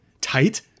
tight